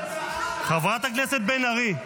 --- חברת הכנסת בן ארי,